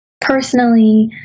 personally